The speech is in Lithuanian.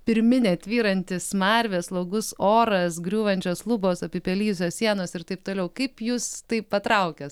pirminė tvyranti smarvė slogus oras griūvančios lubos apipelijusios sienos ir taip toliau kaip jus taip patraukia